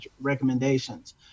recommendations